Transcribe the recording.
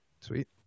Sweet